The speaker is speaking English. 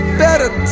better